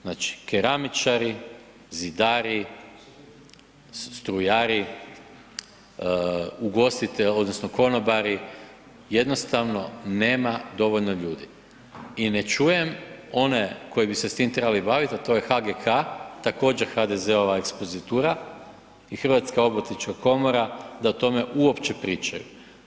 Znači keramičari, zidari, strujari, ugostitelji odnosno konobari, jednostavno nema dovoljno ljudi i ne čujem one koji bi se s tim trebali baviti, a to je HGK, također HDZ-ova ekspozitura i Hrvatska obrtnička komora, da o tome uopće pričaju.